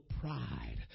pride